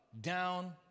down